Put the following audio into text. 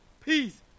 peace